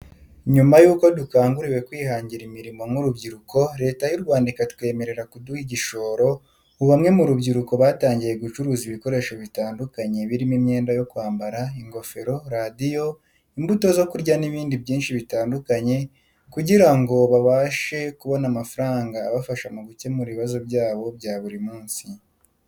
Nyuma y'uko dukanguriwe kwihangira imirimo nk'urubyiruko Leta y'u Rwanda ikatwemerera kuduha igishoro ubu bamwe mu rubyiruko batangiye gucuruza ibikoresho bitandukanye birimo imyenda yo kwambara, ingofero, radiyo, imbuto zo kurya n'ibindi byinshi bitandukanye kugira ngo babashe kubona amafaranga abafasha mu gukemura ibibazo byabo bya buri munsi.